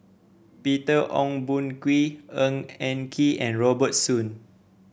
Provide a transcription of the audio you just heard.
Peter Ong Boon Kwee Ng Eng Kee and Robert Soon